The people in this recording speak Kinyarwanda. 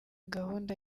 gahunda